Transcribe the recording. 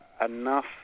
enough